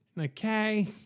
Okay